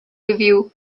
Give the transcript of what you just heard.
review